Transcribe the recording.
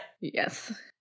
Yes